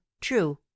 true